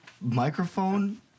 microphone